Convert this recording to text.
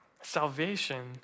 salvation